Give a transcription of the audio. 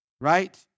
right